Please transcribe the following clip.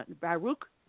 Baruch